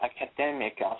academic